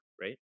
right